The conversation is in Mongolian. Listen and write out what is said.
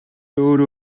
өөрөө